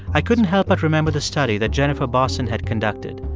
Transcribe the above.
i couldn't help but remember the study that jennifer bosson had conducted.